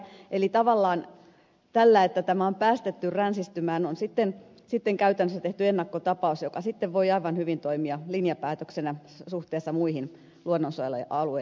eli tavallaan sillä että tämä on päästetty ränsistymään on käytännössä tehty ennakkotapaus joka sitten voi aivan hyvin toimia linjapäätöksenä suhteessa muihin luonnonsuojelualueisiin myöhemmin